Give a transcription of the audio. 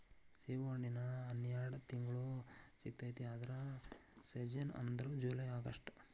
ಸೇಬುಹಣ್ಣಿನ ಹನ್ಯಾಡ ತಿಂಗ್ಳು ಸಿಗತೈತಿ ಆದ್ರ ಸೇಜನ್ ಅಂದ್ರ ಜುಲೈ ಅಗಸ್ಟ